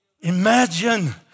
Imagine